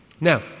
Now